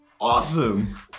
Awesome